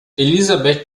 elizabeth